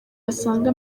basanga